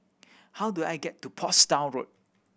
how do I get to Portsdown Road